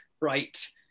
right